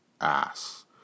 ass